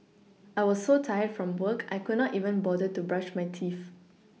I was so tired from work I could not even bother to brush my teeth